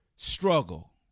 Struggle